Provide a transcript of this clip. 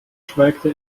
schwelgte